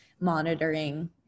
monitoring